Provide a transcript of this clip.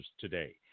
today